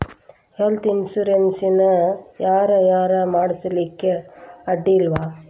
Health insurance ನ ಯಾರ್ ಯಾರ್ ಮಾಡ್ಸ್ಲಿಕ್ಕೆ ಅಡ್ಡಿ ಇಲ್ಲಾ?